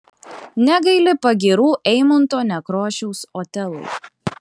negaili pagyrų eimunto nekrošiaus otelui